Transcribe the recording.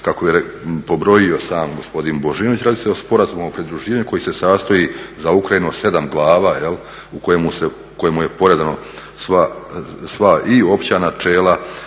kako je pobrojio sam gospodin Božinović, radi se o sporazumu o pridruživanju koji se sastoji za Ukrajinu 7 glava u kojemu je poredano sva i opća načela,